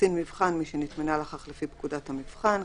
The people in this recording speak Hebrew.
"קצין מבחן" מי שנתמנה לכך לפי פקודת המבחן ,